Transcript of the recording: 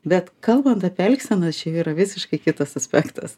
bet kalbant apie elgsenas čia jau yra visiškai kitas aspektas